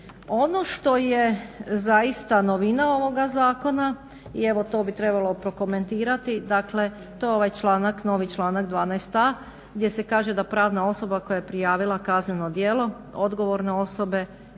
Ono što je zaista novina ovoga zakona i evo ovo to bi trebalo prokomentirati. Dakle, to je ovaj članak, novi članak 12a. gdje se kaže da pravna osoba koja je prijavila kazneno djelo, odgovorne osobe